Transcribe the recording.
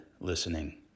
listening